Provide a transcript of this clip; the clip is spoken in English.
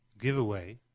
giveaway